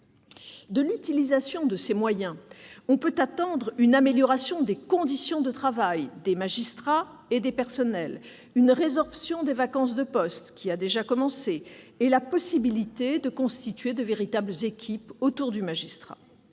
De l'utilisation de ces moyens, on peut attendre une amélioration des conditions de travail des magistrats et des personnels, une résorption des vacances de postes- elle a déjà commencé -et la possibilité de constituer de véritables équipes autour des magistrats.